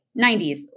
90s